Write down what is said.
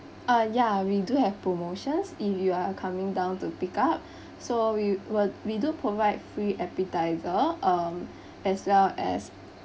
uh ya we do have promotions if you are coming down to pick up so we were we do provide free appetizer um as well as